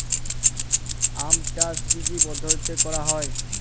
আম চাষ কি কি পদ্ধতিতে করা হয়?